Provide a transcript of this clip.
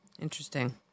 Interesting